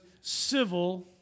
civil